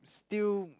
still